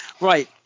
right